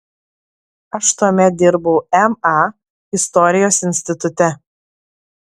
aš tuomet dirbau ma istorijos institute